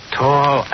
tall